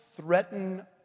threaten